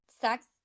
sex